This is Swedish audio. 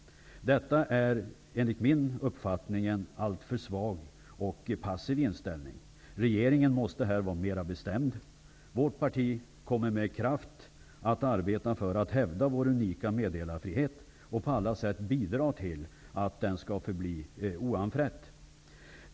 Detta är, enligt min uppfattning, en alltför svag och passiv inställning. Regeringen måste i detta sammanhang vara mer bestämd. Vårt parti kommer med kraft att arbeta för att hävda den unika meddelarfriheten och på alla sätt bidra till att den skall förbli oanfrätt.